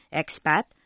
expat